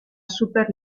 super